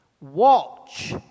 watch